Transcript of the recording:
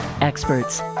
experts